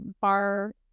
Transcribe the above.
bar